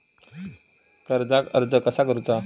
कर्जाक अर्ज कसा करुचा?